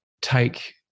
take